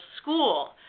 school